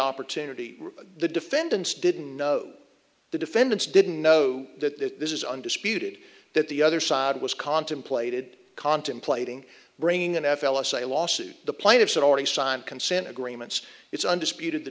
opportunity the defendants didn't know the defendants didn't know that this is undisputed that the other side was contemplated contemplating bringing in f l us a lawsuit the plaintiffs had already signed consent agreements it's undisputed the